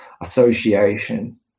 association